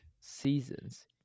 Seasons